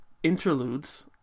Interludes